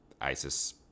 ISIS